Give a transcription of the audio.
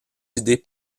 idées